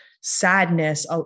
sadness